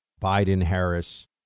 Biden-Harris